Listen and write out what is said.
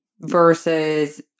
versus